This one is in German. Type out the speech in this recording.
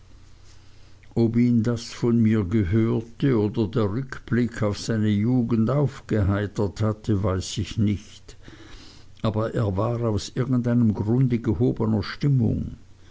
ob ihn das von mir gehörte oder der rückblick auf seine jugend aufgeheitert hatte weiß ich nicht aber er war aus irgendeinem grunde gehobener stimmung